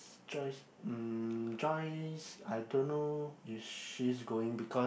Joyce mm Joyce I don't know if she's going because